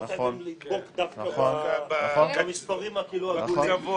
לא חייבים לדבוק דווקא במספרים העגולים.